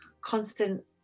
constant